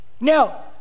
now